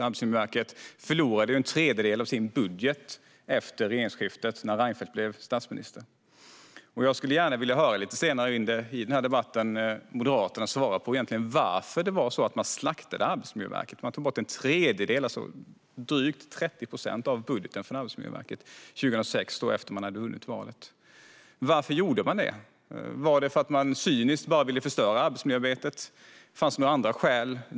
Arbetsmiljöverket förlorade en tredjedel av sin budget efter regeringsskiftet när Reinfeldt blev statsminister. Lite senare i dagens debatt skulle jag gärna vilja höra Moderaterna svara på varför man slaktade Arbetsmiljöverket. Man tog bort en tredjedel, alltså drygt 30 procent, av budgeten från Arbetsmiljöverket efter att ha vunnit valet 2006. Varför gjorde man det? Var det för att man cyniskt bara ville förstöra arbetsmiljöarbetet, eller fanns det några andra skäl?